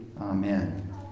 Amen